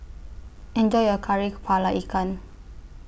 Enjoy your Kari Kepala Ikan